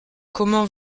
comment